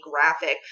graphic